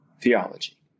Theology